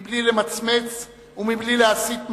בלי למצמץ ובלי להסיט מבט,